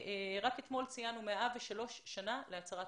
רק אתמול ציינו 103 שנים להצהרת